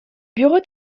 bureau